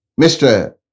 Mr